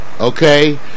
Okay